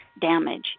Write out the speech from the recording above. damage